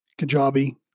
Kajabi